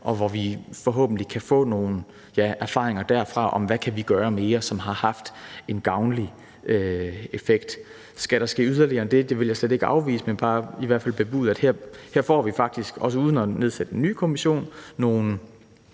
og at vi forhåbentlig kan få nogle erfaringer derfra, med hensyn til hvad vi kan gøre mere af ting, der har haft en gavnlig effekt. Skal der ske yderligere end det? Det vil jeg slet ikke afvise. Men jeg vil i hvert fald bare bebude, at her får vi faktisk, også uden at nedsætte en ny kommission, nogle